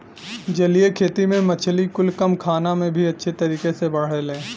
जलीय खेती में मछली कुल कम खाना में भी अच्छे तरीके से बढ़ेले